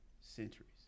centuries